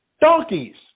donkeys